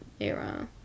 era